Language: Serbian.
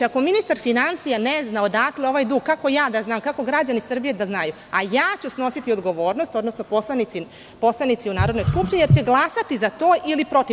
Ako ministar finansija ne zna odakle ovaj dug, kako ja da znam, kako građani Srbije da znaju, a ja ću snositi odgovornost, odnosno poslanici u Narodnoj skupštini, jer će glasati za to ili protiv.